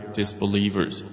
disbelievers